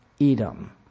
Edom